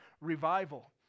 revival